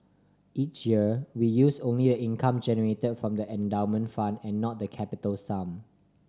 each year we use only the income generated from the endowment fund and not the capital sum